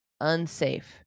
unsafe